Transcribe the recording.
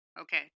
Okay